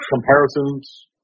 comparisons